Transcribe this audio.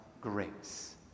grace